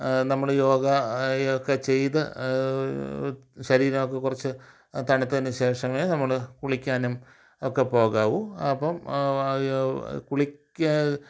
നമ്മൾ യോഗയൊക്കെ ചെയ്തു ശരീരമൊക്കെ കുറച്ച് തണുത്തതിന് ശേഷമേ നമ്മൾ കുളിക്കാനും ഒക്കെ പോകാവൂ അപ്പം കുളിക്കുക